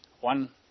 One